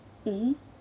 mmhmm